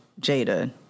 Jada